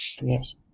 Yes